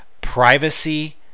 Privacy